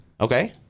Okay